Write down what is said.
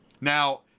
Now